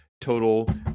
total